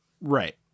Right